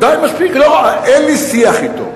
די, מספיק, אין לי שיח אתו.